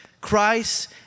Christ